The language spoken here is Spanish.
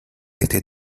este